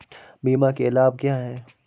बीमा के लाभ क्या हैं?